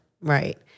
right